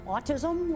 Autism